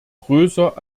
größer